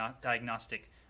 diagnostic